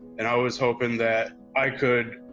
and i was hoping that, i could,